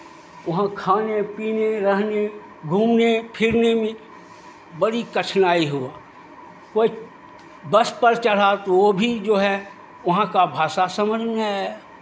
वहाँ खाने पीने रहने घूमने फिरने में बड़ी कठनाई हुआ कोई बस पर चढ़ा तो वो भी जो है वहाँ का भाषा समझ नहीं आया